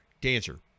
dancer